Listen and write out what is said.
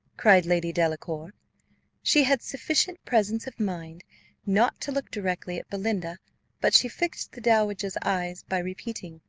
cried lady delacour she had sufficient presence of mind not to look directly at belinda but she fixed the dowager's eyes, by repeating,